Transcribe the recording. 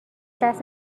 دست